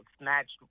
snatched